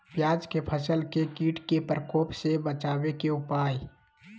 प्याज के फसल के कीट के प्रकोप से बचावे के उपाय?